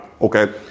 Okay